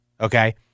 Okay